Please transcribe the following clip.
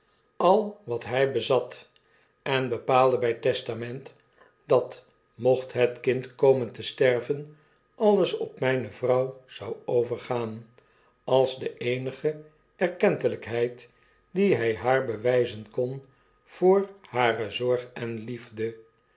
al wat hij bezat en bepaalde by testament dat mocht het kind komen te sterven alles op myne vrouw zou overgaan als de eenige erkentelrjkheid die hy haar bewyzen kon voor hare zorg en liefde